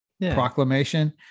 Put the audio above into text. proclamation